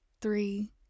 three